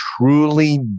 truly